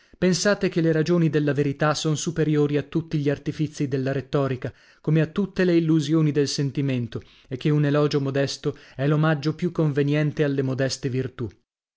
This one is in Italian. pensate che le ragioni della verità son superiori a tutti gli artifizi della rettorica come a tutte le illusioni del sentimento e che un elogio modesto è l'omaggio più conveniente alle modeste virtù